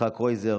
יצחק קרויזר,